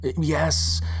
Yes